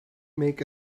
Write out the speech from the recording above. make